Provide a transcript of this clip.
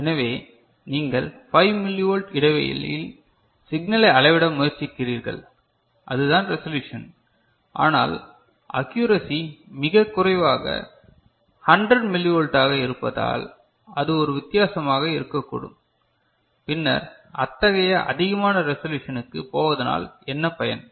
எனவே நீங்கள் 5 மில்லிவோல்ட் இடைவெளியில் சிக்னலை அளவிட முயற்சிக்கிறீர்கள் அதுதான் ரெசல்யூசன் ஆனால் ஆக்குரசி மிகக்குறைவாக 100 மில்லிவோல்ட்டாக இருப்பதால் அது ஒரு வித்தியாசமாக இருக்கக்கூடும் பின்னர் அத்தகைய அதிகமான ரெசல்யூசன் க்கு போவதனால் என்ன பயன்